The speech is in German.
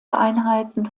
einheiten